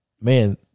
Man